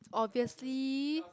obviously